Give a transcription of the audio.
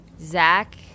Zach